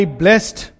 blessed